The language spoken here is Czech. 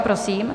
Prosím.